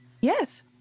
Yes